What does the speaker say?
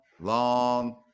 long